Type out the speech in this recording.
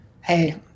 hey